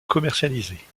commercialisées